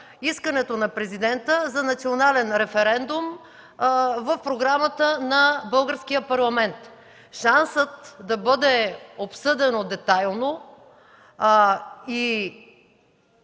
искането на Президента за национален референдум в програмата на Българския парламент. Шансът да бъде обсъдено детайлно и